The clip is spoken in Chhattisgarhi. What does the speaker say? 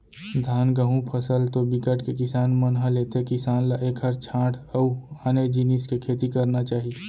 धान, गहूँ फसल तो बिकट के किसान मन ह लेथे किसान ल एखर छांड़ अउ आने जिनिस के खेती करना चाही